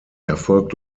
erfolgt